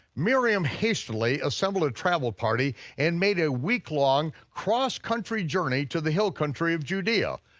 miriam hastily assembled a travel party and made a week-long cross country journey to the hill country of judea,